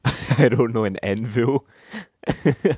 I don't know an anvil